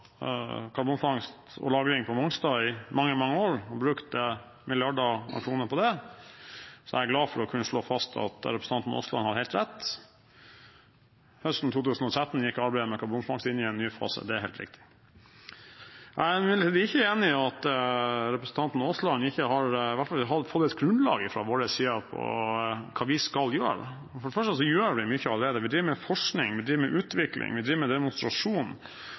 karbonfangst og -lagring på Mongstad i mange, mange år, og brukt milliarder av kroner på det. Så jeg er glad for å kunne slå fast at representanten Aasland har helt rett – høsten 2013 gikk arbeidet med karbonfangst og -lagring inn i en ny fase. Det er helt riktig. Jeg er imidlertid ikke enig med representanten Aasland – man har i hvert fall fått et grunnlag fra vår side for hva vi skal gjøre. For det første gjør vi mye – vi driver med forskning, vi driver med utvikling, vi driver med demonstrasjon,